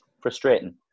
frustrating